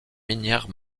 minière